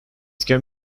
can